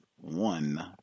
one